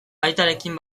aitarekin